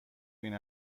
بین